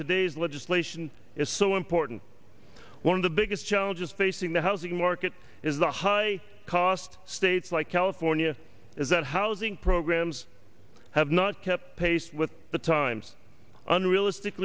today's legislation is so important one of the biggest challenges facing the housing market is the high cost states like california is that housing programs have not kept pace with the times unrealistic